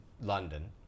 London